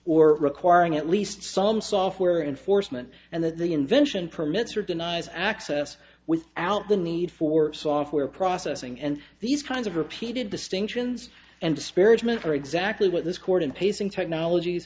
or requiring at least some software enforcement and that the invention permits are denies access without the need for software processing and these kinds of repeated distinctions and disparagement are exactly what this court in pacing technologies